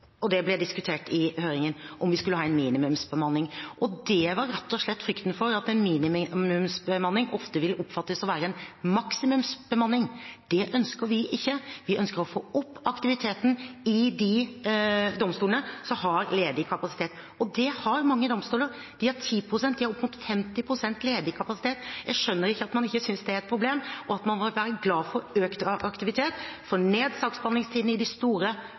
og det ble diskutert i høringen – at vi skulle ha en minimumsbemanning. Det var rett og slett frykten for at en minimumsbemanning ofte vil oppfattes å være en maksimumsbemanning. Det ønsker vi ikke. Vi ønsker å få opp aktiviteten i de domstolene som har ledig kapasitet, og det har mange domstoler. De har 10 pst., og de har oppimot 50 pst. ledig kapasitet. Jeg skjønner ikke at man ikke synes det er et problem, at man må være glad for økt aktivitet: få ned saksbehandlingstiden i de store